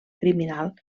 criminal